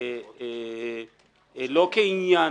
לא כעניין.